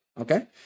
okay